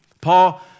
Paul